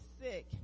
sick